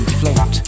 float